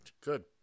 good